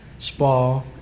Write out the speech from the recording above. Spa